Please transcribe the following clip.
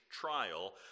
trial